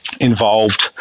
involved